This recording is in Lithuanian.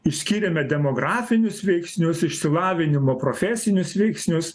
išskyrėme demografinius veiksnius išsilavinimo profesinius veiksnius